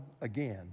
again